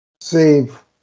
save